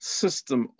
system